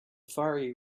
fiery